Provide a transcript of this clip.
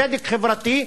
צדק חברתי,